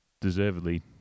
deservedly